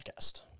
podcast